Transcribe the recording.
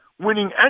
Winning